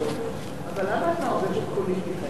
אבל למה את מערבבת פוליטיקה?